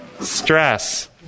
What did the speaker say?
Stress